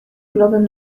globem